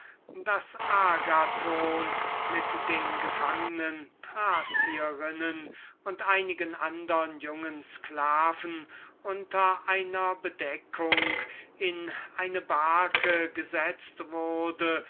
agathon mit den gefangnen thracierinnen und einigen andern jungen sklaven unter einer bedeckung in eine barke gesetzt wurde